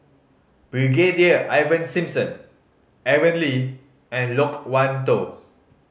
Brigadier Ivan Simson Aaron Lee and Loke Wan Tho